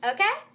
Okay